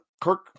Kirk